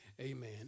Amen